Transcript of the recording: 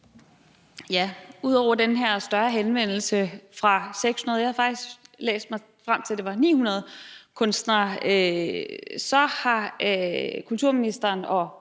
Ud over den her større henvendelse fra 600 – jeg har faktisk læst mig frem til, at det var 900 – kunstnere har kulturministeren og